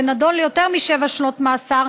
ונידון ליותר משבע שנות מאסר,